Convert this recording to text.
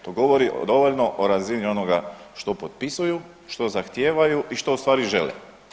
To govori dovoljno o razini onoga što potpisuju, što zahtijevaju i što ustvari žele.